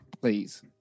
please